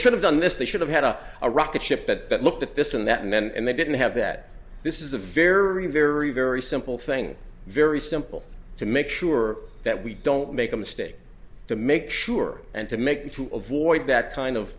should have done this they should have had a a rocket ship that looked at this and that and they didn't have that this is a very very very simple thing very simple to make sure that we don't make a mistake to make sure and to make to avoid that kind of